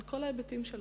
על כל ההיבטים שלו,